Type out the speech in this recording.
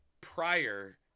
prior